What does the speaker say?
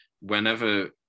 whenever